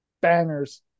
bangers